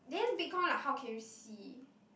then bitcoin like how can you see